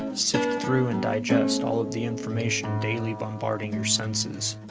sift through, and digest all of the information daily bombarding your senses,